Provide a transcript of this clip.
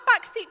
backseat